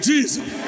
Jesus